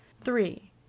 three